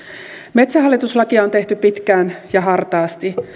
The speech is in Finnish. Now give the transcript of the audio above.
metsähallitus lakia on tehty pitkään ja hartaasti